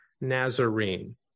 Nazarene